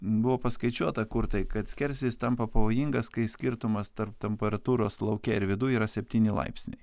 buvo paskaičiuota kur tai kad skersvėjis tampa pavojingas kai skirtumas tarp temperatūros lauke ir viduj yra septyni laipsniai